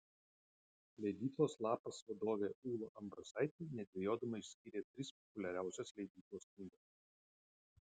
leidyklos lapas vadovė ūla ambrasaitė nedvejodama išskyrė tris populiariausias leidyklos knygas